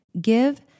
Give